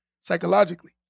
psychologically